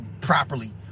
properly